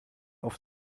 oft